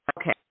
Okay